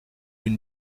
une